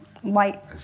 white